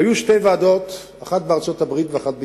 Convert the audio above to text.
היו שתי ועדות, האחת בארצות-הברית והאחת בישראל.